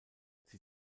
sie